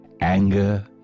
anger